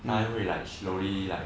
I 会 like slowly like